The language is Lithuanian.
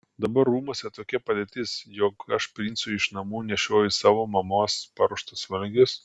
dabar rūmuose tokia padėtis jog aš princui iš namų nešioju savo mamos paruoštus valgius